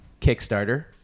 Kickstarter